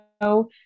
no